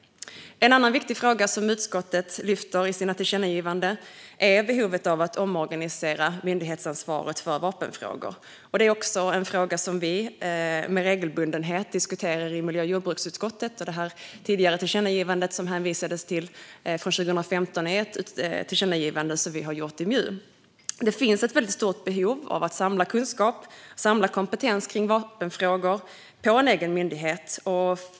En annan viktig fråga som utskottet lyfter upp i sina förslag till tillkännagivande är behovet av att omorganisera myndighetsansvaret för vapenfrågor. Det är en fråga som vi i miljö och jordbruksutskottet också diskuterar med regelbundenhet. Tillkännagivandet från 2015 som det hänvisades till tidigare kom från MJU. Det finns ett stort behov av att samla kunskap och kompetens kring vapenfrågor på en egen myndighet.